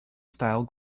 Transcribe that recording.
style